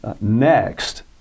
next